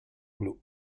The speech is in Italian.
blu